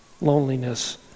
loneliness